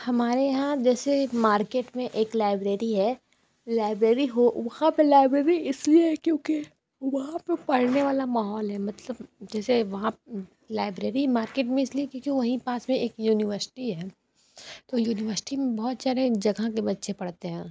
हमारे यहाँ जैसे मार्केट में एक लाइब्रेरी है लाइब्रेरी हो वहाँ पे लाइब्रेरी इसलिए है क्योंकि वहाँ पे पढ़ने वाला माहौल है मतलब जैसे वहाँ लाइब्रेरी मार्केट में इसलिए क्योंकि वहीँ पास में एक युनिवर्ष्टी है तो युनिवर्ष्टी में बहुत सारे जगह के बच्चे पढ़ते हैं